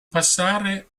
passare